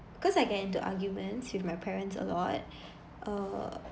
cause I get into arguments with my parents a lot err